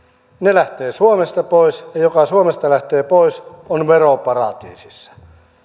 lähtevät suomesta pois ja joka suomesta lähtee pois on veroparatiisissa